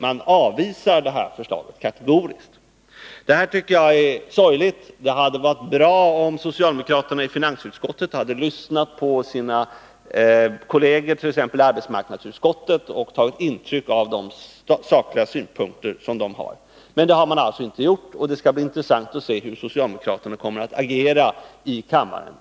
Man avvisar kategoriskt förslaget. Det är sorgligt. Det hade varit bra om socialdemokraterna i finansutskottet hade lyssnat på sina kolleger i arbetsmarknadsutskottet och tagit intryck av de sakliga synpunkter som de har. Men det har man alltså inte gjort, och det skall bli intressant att se hur socialdemokraterna kommer att agera i kammaren.